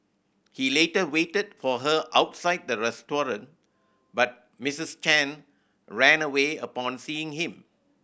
he later waited for her outside the restaurant but Misses Chen ran away upon seeing him